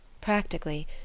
practically